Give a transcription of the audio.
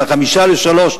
אלא 02:55,